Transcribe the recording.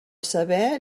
saber